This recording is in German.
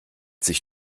sich